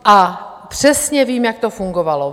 A přesně vím, jak to fungovalo.